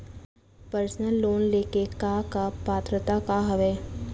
Personal loan ले के का का पात्रता का हवय?